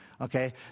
Okay